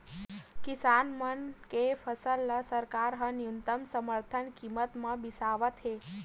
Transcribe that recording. किसान मन के फसल ल सरकार ह न्यूनतम समरथन कीमत म बिसावत हे